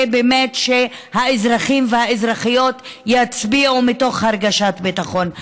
שהאזרחים והאזרחיות יצביעו מתוך הרגשת ביטחון.